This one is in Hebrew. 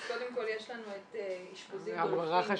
אז קודם כל יש לנו את אשפוזית --- באשדוד